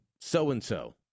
so-and-so